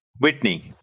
Whitney